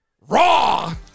raw